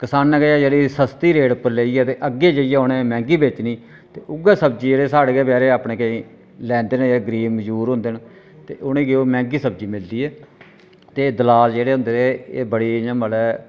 कसाना कशा जेह्ड़ी सस्ती रेट उप्पर लेइयै ते अग्गै जाइयै उ'नें मैहंगी बेचनी ते उ'ऐ सब्जी साढ़े गै अपने बेचारे केईं लैंदे न जेह्ड़े गरीब मजूर होंदे न ते उ'नेंगी ओह् मैहंगी सब्जी मिलदी ऐ ते दलाल जेह्ड़े होंदे न एह् बड़ी इ'यां मतलब